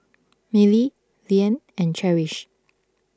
Milly Leanne and Cherise